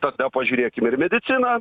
tada pažiūrėkim ir mediciną